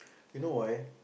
you know why